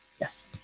Yes